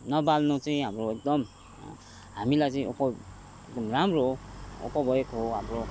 नबाल्नु चाहिँ अब एकदम हामीलाई चाहिँ उप राम्रो उपभोग हो हाम्रो